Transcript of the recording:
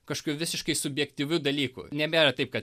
kažkokiu visiškai subjektyviu dalyku nebėra taip kad